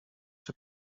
czy